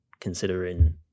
considering